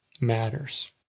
matters